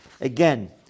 Again